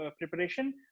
preparation